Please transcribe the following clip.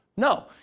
No